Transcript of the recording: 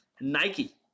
Nike